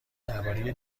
درباره